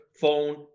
phone